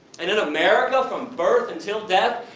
and in america, from birth until death,